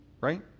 Right